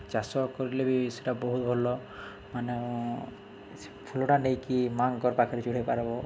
ଚାଷ କରିଲେ ବି ସେଟା ବହୁତ ଭଲ ମାନେ ସେ ଫୁଲଟା ନେଇକି ମା'ଙ୍କର ପାଖରେ ଚଢ଼େଇ ପାର୍ବ